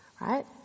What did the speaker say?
right